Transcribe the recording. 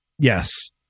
Yes